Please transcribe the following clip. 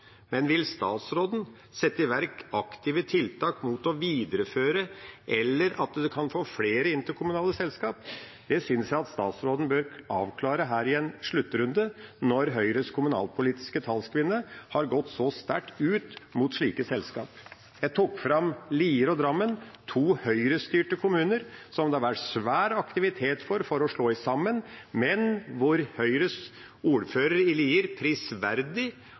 Men vil statsråden sette i verk aktive tiltak mot å videreføre eller gå mot å få flere interkommunale selskaper? Det synes jeg at statsråden i en sluttrunde her bør avklare når Høyres kommunalpolitiske talskvinne har gått så sterkt ut mot slike selskaper. Jeg tok fram Lier og Drammen, to Høyre-styrte kommuner som det har vært svær aktivitet for å slå sammen, men hvor Høyres ordfører i Lier prisverdig